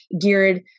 geared